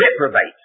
reprobate